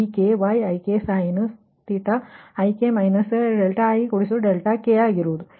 ಆದ್ದರಿಂದ ಇದು Vi Vk Yik ik ik ಆಗಿರುತ್ತದೆ